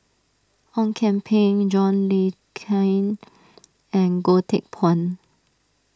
Ong Kian Peng John Le Cain and Goh Teck Phuan